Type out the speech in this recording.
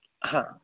हा